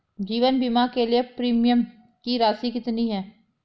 जीवन बीमा के लिए प्रीमियम की राशि कितनी है?